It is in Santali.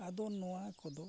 ᱟᱫᱚ ᱱᱚᱣᱟ ᱠᱚᱫᱚ